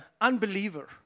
unbeliever